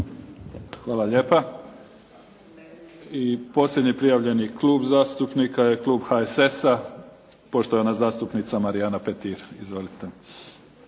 Hvala lijepa. I posljednji prijavljeni Klub zastupnika je, klub HSS-a, poštovana zastupnica Marijana Petir. Izvolite.